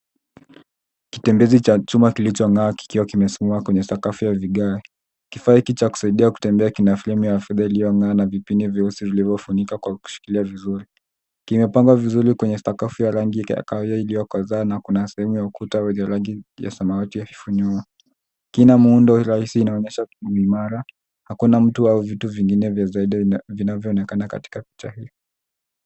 Kitembezi cha kutuma tulichokipokea kilikuwa kimewekwa. Kifaa hicho cha kufanyia kutembea kina umbo la mstatili, na limefungwa kwa kifuniko kinachoshikiliwa vizuri. Kimepangwa vizuri ndani ya na lango la kioo, lililotengenezwa kwa zana, na kuna maandishi ukutani yaliyowekwa kwenye rangi ya samawati iliyofifia. Kina muundo rahisi unaoonyesha uimara. Hakuna mtu wa huduma, na vitu vingine vichache vinaonekana katika eneo hilo.